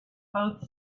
both